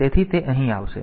તેથી તે અહીં આવશે